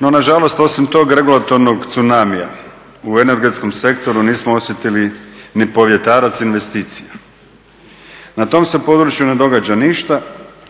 No nažalost osim tog regulatornog tsunamija u energetskom sektoru nismo osjetili ni povjetarca investicija. Na tom se području ne događa ništa,